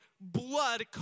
blood